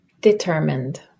Determined